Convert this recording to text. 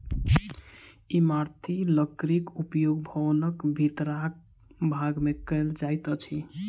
इमारती लकड़ीक उपयोग भवनक भीतरका भाग मे कयल जाइत अछि